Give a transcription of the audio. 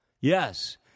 yes